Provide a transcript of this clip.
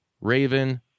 Raven